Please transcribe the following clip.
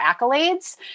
accolades